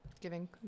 giving